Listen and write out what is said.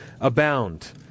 abound